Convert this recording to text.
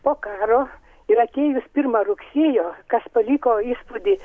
po karo ir atėjus pirmą rugsėjo kas paliko įspūdį